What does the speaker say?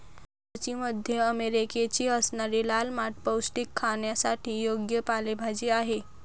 मूळची मध्य अमेरिकेची असणारी लाल माठ पौष्टिक, खाण्यासाठी योग्य पालेभाजी आहे